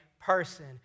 person